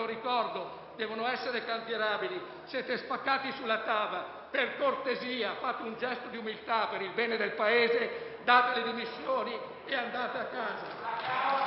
devono essere cantierabili. Siete spaccati sulla TAV. Per cortesia, fate un gesto di umiltà, per il bene del Paese: date le dimissioni e andate a casa.